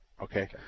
Okay